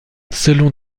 selon